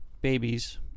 babies